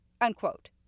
unquote